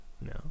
No